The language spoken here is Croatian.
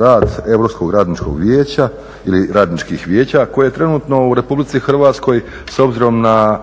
rad Europskog radničkog vijeća ili Radničkih vijeća koje trenutno u Republici Hrvatskoj s obzirom na,